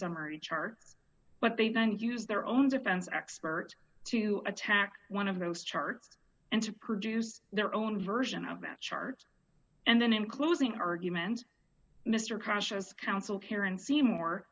summary charts but they don't use their own defense experts to attack one of those charts and to produce their own version of that charge and then in closing argument mr crashes counsel karen seymour